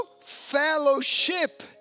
fellowship